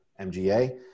MGA